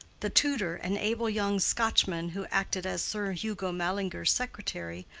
the tutor, an able young scotchman, who acted as sir hugo mallinger's secretary,